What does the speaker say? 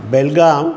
Belgaum